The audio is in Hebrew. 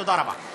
תודה רבה.